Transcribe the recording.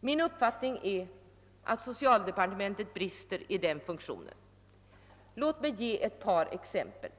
Min uppfattning är att socialdepartementet brister i den funktionen. Låt mig här ge ett par exempel.